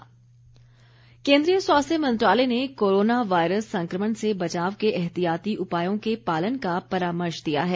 परामर्श केन्द्रीय स्वास्थ्य मंत्रालय ने नोवल कोरोना वायरस संक्रमण से बचाव के एहतियाती उपायों के पालन का परामर्श दिया है